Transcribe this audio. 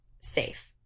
safe